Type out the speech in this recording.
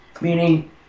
Meaning